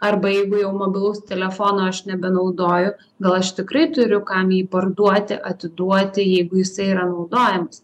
arba jeigu jau mobilaus telefono aš nebenaudoju gal aš tikrai turiu kam jį parduoti atiduoti jeigu jisai yra naudojamas